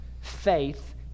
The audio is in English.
faith